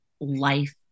life